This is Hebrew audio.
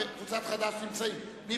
מי